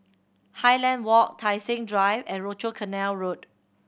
Highland Walk Tai Seng Drive and Rochor Canal Road